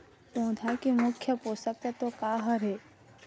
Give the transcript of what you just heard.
पौधा के मुख्य पोषकतत्व का हर हे?